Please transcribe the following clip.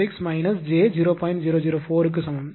004 க்கு சமம்